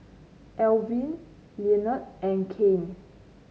Alwine Lenord and Kane